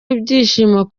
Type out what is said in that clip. w’ibyishimo